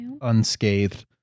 unscathed